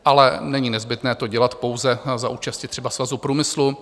Ale není nezbytné to dělat pouze za účasti třeba Svazu průmyslu.